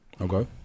Okay